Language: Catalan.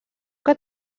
que